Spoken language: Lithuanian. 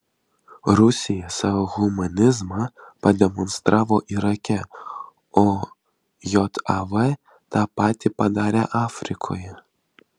rusija savo humanizmą pademonstravo irake o jav tą patį padarė afrikoje